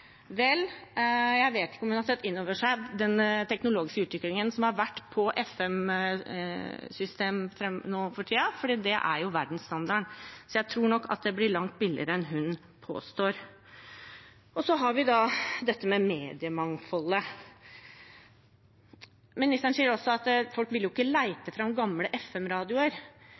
Jeg vet ikke om hun har tatt inn over seg den teknologiske utviklingen som har vært når det gjelder FM-system nå for tiden – det er jo verdensstandarden. Så jeg tror nok at det blir langt billigere enn hun påstår. Så har vi dette med mediemangfoldet. Statsråden sier også at folk ikke vil lete fram gamle FM-radioer. Jeg minner om at man kan høre FM